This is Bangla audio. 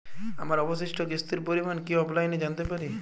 আমার অবশিষ্ট কিস্তির পরিমাণ কি অফলাইনে জানতে পারি?